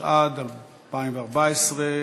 התשע"ד 2014,